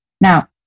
Now